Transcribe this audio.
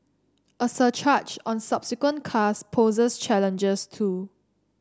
a surcharge on subsequent cars poses challenges too